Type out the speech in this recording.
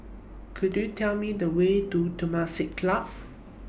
Could YOU Tell Me The Way to Temasek Club